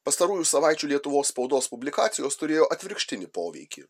pastarųjų savaičių lietuvos spaudos publikacijos turėjo atvirkštinį poveikį